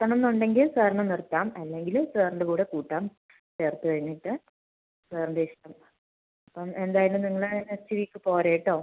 നിർത്തണമെന്നുണ്ടെങ്കിൽ സാറിന് നിർത്താം അല്ലെങ്കിൽ സാറിന്റെ കൂടെ കൂട്ടാം ചേർത്ത് കഴിഞ്ഞിട്ട് സാറിന്റെ ഇഷ്ടം അപ്പം എന്തായാലും നിങ്ങൾ നെക്സ്റ്റ് വീക്ക് പോര് കേട്ടോ